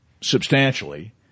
substantially